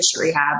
rehab